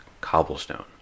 cobblestone